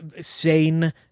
sane